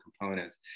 components